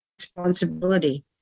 responsibility